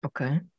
okay